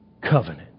Covenant